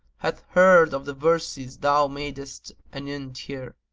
hath heard of the verses thou madest anent her,